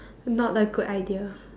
not a good idea